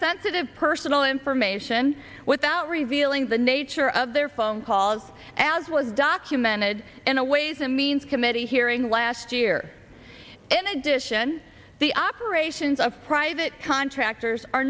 sensitive personal information without revealing the nature of their phone calls as was documented in the ways and means committee hearing last year in addition the operations of private contractors are